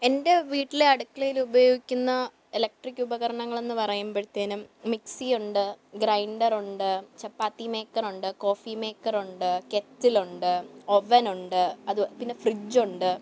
എൻ്റെ വീട്ടിലെ അടുക്കളയിലുപയോഗിക്കുന്ന ഇലക്ട്രിക് ഉപകരണങ്ങളെന്നു പറയുമ്പോഴത്തേനും മിക്സിയുണ്ട് ഗ്രൈൻഡറുണ്ട് ചപ്പാത്തി മേക്കറുണ്ട് കോഫി മേക്കറുണ്ട് കെറ്റിലുണ്ട് അവനുണ്ട് പിന്നെ ഫ്രിഡ്ജ്ജുണ്ട്